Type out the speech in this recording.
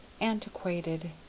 Antiquated